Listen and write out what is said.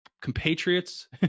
compatriots